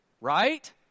Right